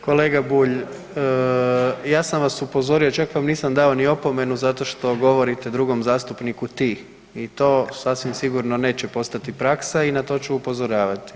Kolega Bulj, ja sam vas upozorio, čak vam nisam dao ni opomenu zato što govorite drugom zastupniku „ti“ i to sasvim sigurno neće postati praksa i na to ću upozoravati.